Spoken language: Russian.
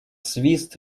свист